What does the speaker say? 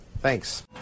Thanks